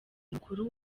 umukuru